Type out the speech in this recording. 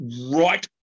right